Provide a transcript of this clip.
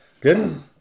Good